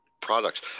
products